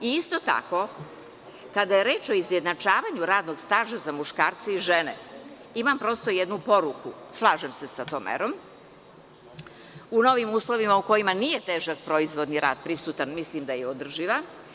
Isto tako, kada je reč o izjednačavanju radnog staža za muškarce i žene, imam prosto jednu poruku – slažem se sa tom merom u novim uslovima u kojima nije težak proizvodni rad prisutan, mislim da je održiva.